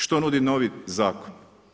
Što nudi novi zakon?